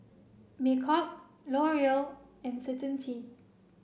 Me KUP L'Oreal and Certainty